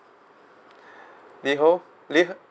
LiHO